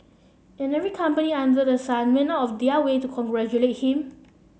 and every company under the sun went out of their way to congratulate him